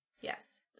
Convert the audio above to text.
Yes